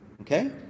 okay